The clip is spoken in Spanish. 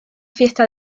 fiesta